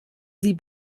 sie